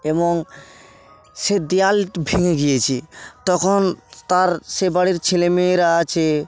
এবং সে দেওয়াল ভেঙে গিয়েছে তখন তার সে বাড়ির ছেলে মেয়েরা আছে